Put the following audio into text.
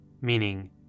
meaning